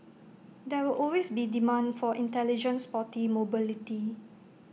there will always be demand for intelligent sporty mobility